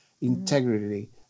Integrity